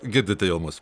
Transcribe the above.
girdite jau mus